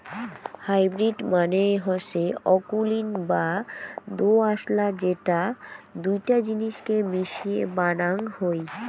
hybrid মানে হসে অকুলীন বা দোআঁশলা যেটা দুইটা জিনিসকে মিশিয়ে বানাং হই